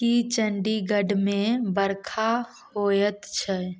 की चण्डीगढ़मे बरखा होयत छै